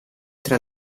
tra